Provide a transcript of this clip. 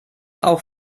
auch